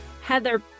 heather